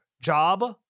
job